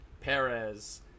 perez